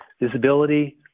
visibility